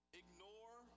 ignore